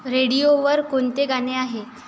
रेडिओवर कोणते गाणे आहे